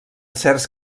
certs